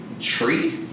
tree